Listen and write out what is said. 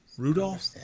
Rudolph